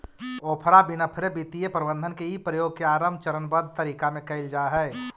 Oprah Winfrey वित्तीय प्रबंधन के इ प्रयोग के आरंभ चरणबद्ध तरीका में कैइल जा हई